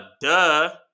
Duh